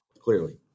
Clearly